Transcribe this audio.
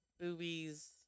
Boobies